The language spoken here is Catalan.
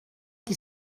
qui